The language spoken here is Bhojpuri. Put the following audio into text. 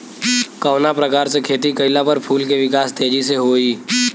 कवना प्रकार से खेती कइला पर फूल के विकास तेजी से होयी?